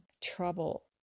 trouble